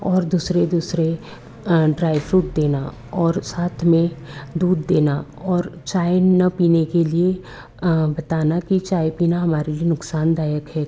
और दूसरे दूसरे ड्राई फ्रूट देना और साथ में दूध देना और चाय न पीने के लिए बताना कि चाय पीना हमारे लिए नुकसानदायक है